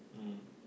mm